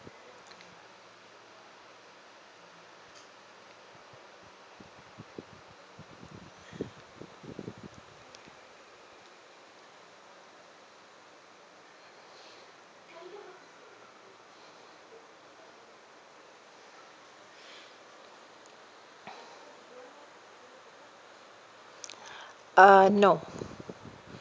uh no